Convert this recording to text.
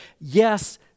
Yes